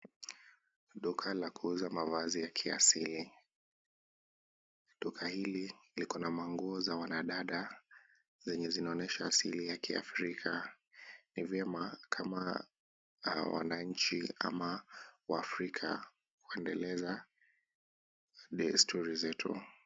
Duka la kuuza mavazi ya kiasili. Duka hili liko na manguo za wanadada zenye zinaonyesha asili ya kiafrika. Ni vyema kama wananchi ama waafrika kuendeleza desturi zetu.